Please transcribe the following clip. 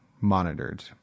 monitored